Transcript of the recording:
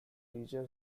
leisure